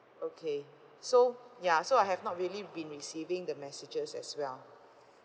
okay so ya so I have not really been receiving the messages as well